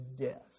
death